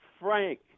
Frank